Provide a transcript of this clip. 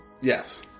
Yes